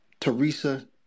Teresa